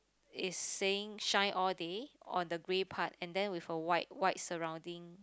is saying shine all day on the grey part and then with a white white surrounding